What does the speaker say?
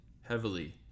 heavily